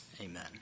Amen